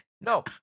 No